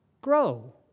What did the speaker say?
grow